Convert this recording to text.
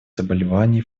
заболеваний